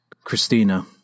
Christina